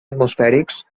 atmosfèrics